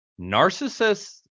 Narcissists